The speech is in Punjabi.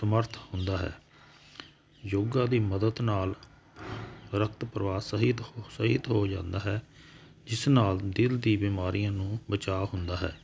ਸਮਰੱਥ ਹੁੰਦਾ ਹੈ ਯੋਗਾ ਦੀ ਮਦਦ ਨਾਲ ਰਕਤ ਪ੍ਰਵਾਹ ਸਹੀਤ ਸਹਿਤ ਹੋ ਜਾਂਦਾ ਹੈ ਜਿਸ ਨਾਲ ਦਿਲ ਦੀ ਬਿਮਾਰੀਆਂ ਨੂੰ ਬਚਾਅ ਹੁੰਦਾ ਹੈ